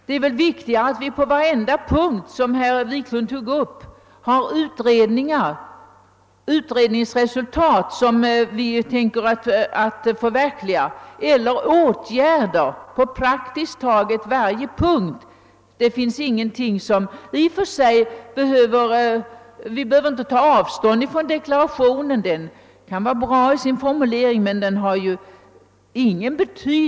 Det viktiga är väl att vi på varje punkt som herr Wiklund nämnde får fram utredningsresultat som kan förverkligas och att vi på praktiskt taget varje punkt vidtar lämpliga åtgärder. Vi behöver ju inte ta avstånd från deklarationen för det. Formuleringen där kan vara mycket bra.